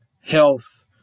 health